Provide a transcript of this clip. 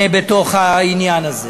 שהם בתוך העניין הזה.